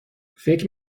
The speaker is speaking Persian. فکر